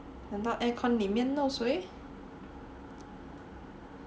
可能 air-con 里面漏水